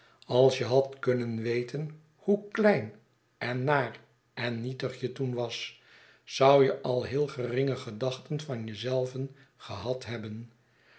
als je hadt kunnen weten hoe klein en naar en nietig je toen was zou je al heel geringe gedachten van je zelven gehad hebben